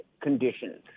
conditions